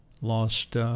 lost